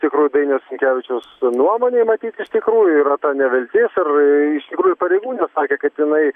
tikrųjų dainiaus sinkevičiaus nuomonei matyt iš tikrųjų yra ta neviltis ir iš tikrųjų pareigūnė kad inai